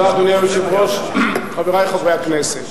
אדוני היושב-ראש, תודה, חברי חברי הכנסת,